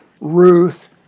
Ruth